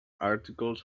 articles